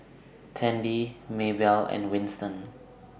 Tandy Maebell and Winston